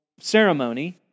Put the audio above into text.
Ceremony